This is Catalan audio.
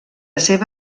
seva